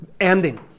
ending